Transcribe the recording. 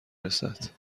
رسد